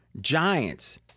Giants